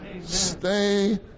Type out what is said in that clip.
Stay